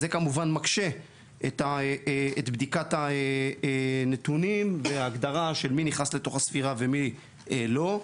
זה כמובן מקשה את בדיקת הנתונים והגדרה של מי נכנס לתוך הספירה ומי לא.